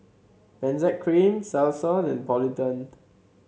Benzac Cream Selsun and Polident